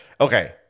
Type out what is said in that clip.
okay